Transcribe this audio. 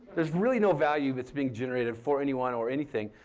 there's really no value that's being generated for anyone or anything.